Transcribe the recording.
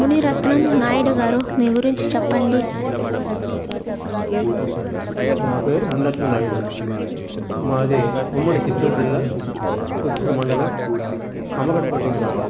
మునిరత్నం నాయుడు గారు మీ గురించి చెప్పండి నా పేరు మునిరత్నం నాయుడు మాది ఉమ్మడి చిత్తూరు జిల్లా పుత్తూరు మండలం అమరికండ్రి గ్రామం